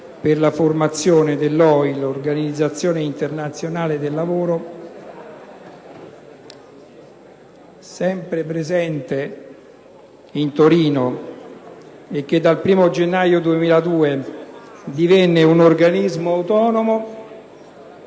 per la formazione dell'OIL (Organizzazione internazionale del lavoro), con sede a Torino, e che dal 1º gennaio 2002 divenne un organismo autonomo...